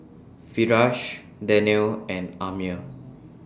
Firash Daniel and Ammir